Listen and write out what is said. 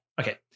Okay